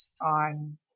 on